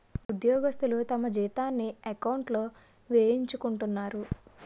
ఉద్యోగస్తులు తమ జీతాన్ని ఎకౌంట్లో వేయించుకుంటారు